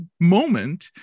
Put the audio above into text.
moment